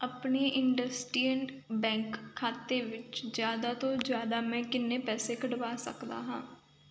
ਆਪਣੇ ਇੰਡਸਇੰਡ ਬੈਂਕ ਖਾਤੇ ਵਿੱਚ ਜ਼ਿਆਦਾ ਤੋਂ ਜ਼ਿਆਦਾ ਮੈਂ ਕਿੰਨੇ ਪੈਸੇ ਕੱਢਵਾ ਸਕਦਾ ਹਾਂ